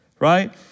right